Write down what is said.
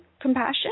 compassion